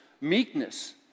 meekness